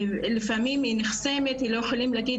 לפעמים היא נחסמת והיא לא יכולה להגיד